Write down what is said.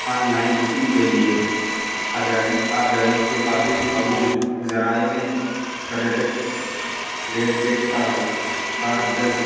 on line booking کے لیے ادائیگی ادائیگی کی قابل قبول ذرائع میں کریڈٹ ڈیٹبڈ کا کارڈز